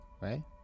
Right